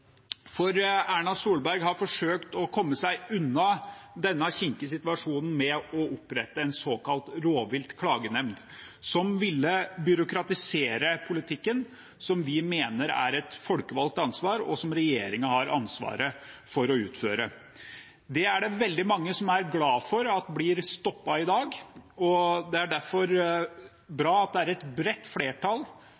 Erna Solberg har forsøkt å komme seg unna denne kinkige situasjonen med å opprette en såkalt rovviltklagenemnd, som ville byråkratisere politikken vi mener er et folkevalgt ansvar, og som regjeringen har ansvaret for å utføre. Det er det veldig mange som er glad for at blir stoppet i dag, og det er derfor